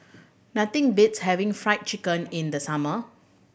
nothing beats having Fry Chicken in the summer